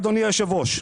אדוני היושב ראש,